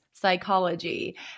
psychology